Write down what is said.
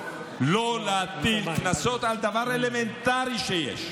שלא להטיל קנסות על דבר אלמנטרי שיש.